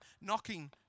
knocking